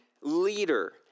leader